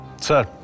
Sir